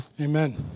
Amen